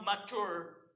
mature